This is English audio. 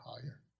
higher